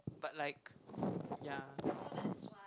but like ya